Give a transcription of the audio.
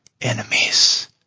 enemies